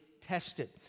tested